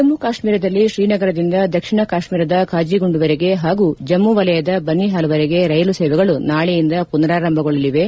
ಜಮ್ಮು ಕಾಶ್ಮೀರದಲ್ಲಿ ಶ್ರೀನಗರದಿಂದ ದಕ್ಷಿಣ ಕಾಶ್ಮೀರದ ಖಾಜಿಗುಂಡ್ವರೆಗೆ ಹಾಗೂ ಜಮ್ಮು ವಲಯದ ಬನಿಹಾಲ್ವರೆಗೆ ರೈಲು ಸೇವೆಗಳು ನಾಳೆಯಿಂದ ಮನರಾರಂಭಗೊಳ್ಳಲಿವೆ